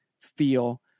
feel